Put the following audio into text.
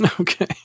Okay